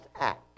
act